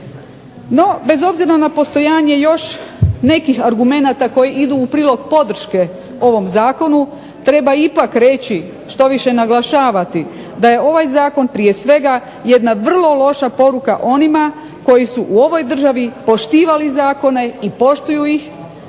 No bez obzira na postojanje još nekih argumenata koji idu u prilog podrške ovom zakonu treba ipak reći, štoviše naglašavati da je ovaj zakon prije svega jedna vrlo loša poruka onima koji su u ovoj državi poštivali zakone i poštuju ih.